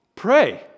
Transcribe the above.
pray